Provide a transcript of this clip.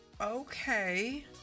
Okay